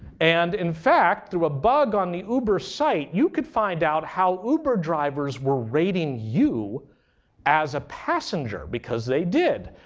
and in fact, through a bug on the uber site, you could find out how uber drivers were rating you as a passenger because they did.